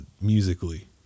musically